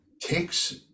takes